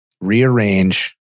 Rearrange